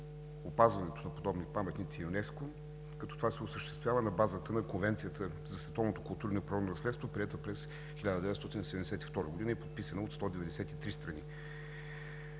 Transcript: опазването на подобни паметници, е ЮНЕСКО, като това се осъществява на базата на Конвенцията за световното културно и природно наследство, приета през 1972 г. и подписана от 193 страни.